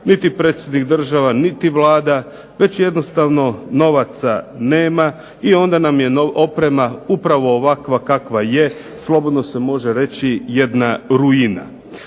niti predsjednik države, niti Vlada, već jednostavno novaca nema i onda nam je oprema upravo ovakva kakva je, slobodno se može reći jedna ruina.